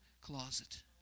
closet